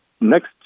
next